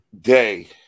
day